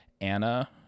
Anna